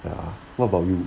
ya what about you